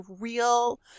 real